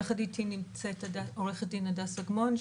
יחד איתי נמצאת עו"ד הדס אגמון,